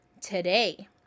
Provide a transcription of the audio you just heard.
today